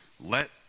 let